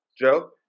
Joe